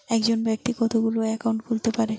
একজন ব্যাক্তি কতগুলো অ্যাকাউন্ট খুলতে পারে?